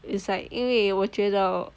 it's like 因为我觉得